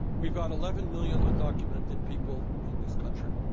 we've got eleven million undocumented people in this country.